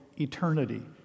eternity